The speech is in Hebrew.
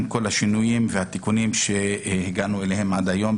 עם כל השינויים והתיקונים שהגענו אליהם עד היום,